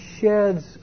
sheds